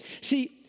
See